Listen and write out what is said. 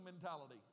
mentality